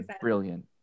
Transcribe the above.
brilliant